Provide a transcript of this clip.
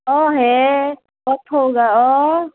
অঁ হে বৰ ঠৌগা অঁ